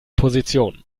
position